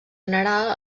general